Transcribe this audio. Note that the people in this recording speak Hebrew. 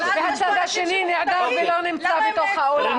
והצד השני נעדר ולא נמצא באולם.